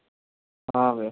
हाँ भैया